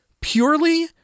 purely